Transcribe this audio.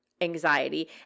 anxiety